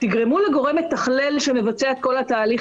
תגרמו לגורם מתכלל שמבצע את כל התהליך